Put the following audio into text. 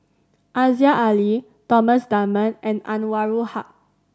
Aziza Ali Thomas Dunman and Anwarul Haque